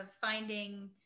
finding